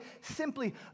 simply